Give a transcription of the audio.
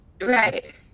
Right